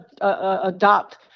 adopt